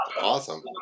Awesome